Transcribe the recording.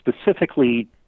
specifically